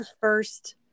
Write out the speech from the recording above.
first